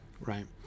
right